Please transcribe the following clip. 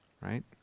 right